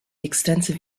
extensive